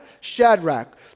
Shadrach